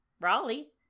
Raleigh